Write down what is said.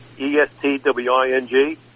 E-S-T-W-I-N-G